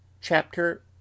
chapter